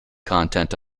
content